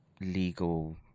legal